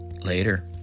Later